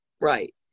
Right